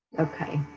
okay,